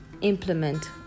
implement